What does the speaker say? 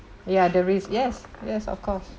ya the risk yes yes of course